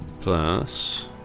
plus